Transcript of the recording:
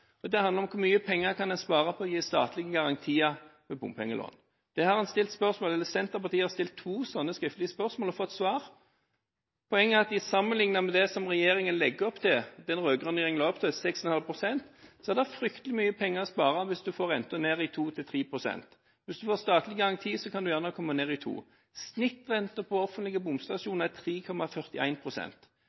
om hvor mye penger en kan spare på å gi statlige garantier ved bompengelån. Senterpartiet har stilt to slike skriftlige spørsmål og fått svar. Poenget er at hvis de sammenligner det som regjeringen legger opp til, med det den rød-grønne regjeringen la opp til, 6,5 pst., så er det fryktelig mye penger å spare hvis du får renten ned i 2–3 pst. Hvis du får statlig garanti, kan du gjerne komme ned i 2 pst. Snittrenten på offentlige bomstasjoner er